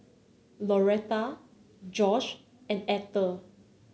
Lauretta Josh and Etter